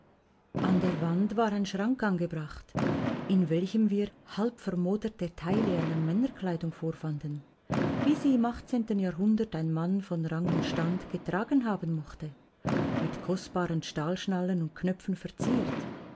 an der wand war ein schrank angebracht in welchem wir halbvermoderte teile einer männerkleidung vorfanden wie sie im jahrhundert ein mann von rang und stand getragen haben mochte mit kostbaren stahlschnallen und knöpfen verziert